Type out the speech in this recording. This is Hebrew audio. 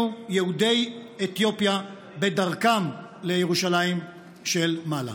יהודי אתיופיה בדרכם לירושלים של מעלה.